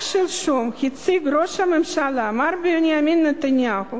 רק שלשום הציג ראש הממשלה מר בנימין נתניהו